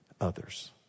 Others